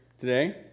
today